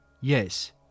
Yes